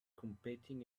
competing